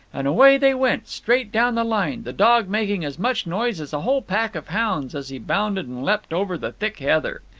and away they went, straight down the line, the dog making as much noise as a whole pack of hounds as he bounded and leapt over the thick heather.